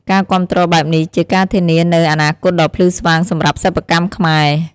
ការគាំទ្របែបនេះ ជាការធានានូវអនាគតដ៏ភ្លឺស្វាងសម្រាប់សិប្បកម្មខ្មែរ។